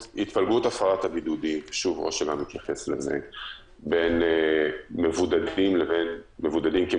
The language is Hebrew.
אני מבין שהתפלגות הפרת הבידודים בין מבודדים שצריכים